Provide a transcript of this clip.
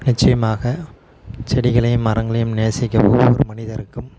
நிச்சயமாக செடிகளையும் மரங்களையும் நேசிக்கும் ஒவ்வொரு மனிதருக்கும்